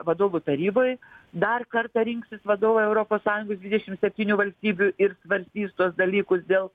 vadovų taryboj dar kartą rinksis vadovai europos sąjungos dvidešimt septynių valstybių ir svarstys tuos dalykus dėl